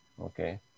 okay